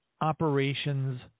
operations